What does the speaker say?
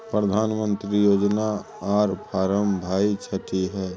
प्रधानमंत्री योजना आर फारम भाई छठी है?